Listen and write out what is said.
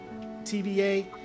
tva